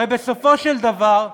הרי בסופו של דבר,